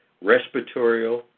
respiratory